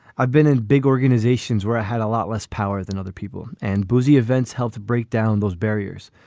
i've been in big organizations where i had a lot less power than other people and boozy events helped break down those barriers.